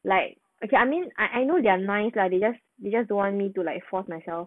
like okay I mean I I know they're nice lah they just they just don't want me to like force myself